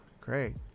Great